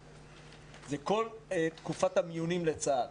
זה כל תקופת המיונים לצה"ל.